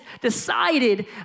decided